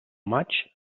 maig